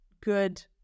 good